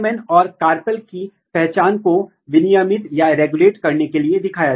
तो दोनों mutant additive phenotype दिखा रहे हैं